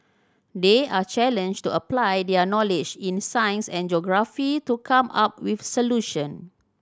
they are challenged to apply their knowledge in science and geography to come up with solution